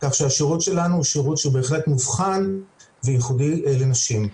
כך שהשירות שלנו הוא שירות שבהחלט מובחן וייחודי לנשים.